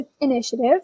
initiative